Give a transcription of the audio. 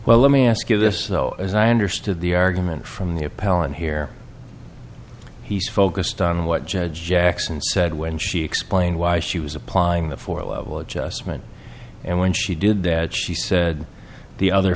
well let me ask you this though as i understood the argument from the appellant here he's focused on what judge jackson said when she explained why she was applying the four level adjustment and when she did that she said the other